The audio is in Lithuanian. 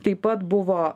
taip pat buvo